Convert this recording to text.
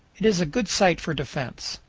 it is a good site for defense.